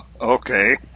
Okay